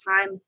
time